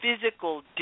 physical